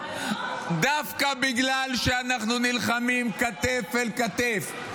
דווקא בגלל שאנחנו נלחמים כתף אל כתף,